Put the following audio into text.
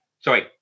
Sorry